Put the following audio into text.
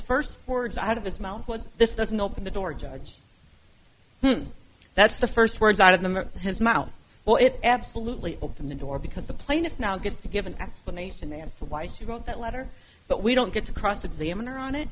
first words out of his mouth was this doesn't open the door judge that's the first words out of the his mouth well it absolutely open the door because the plaintiff now gets to give an explanation and for why he wrote that letter but we don't get to cross examine her on it